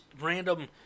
random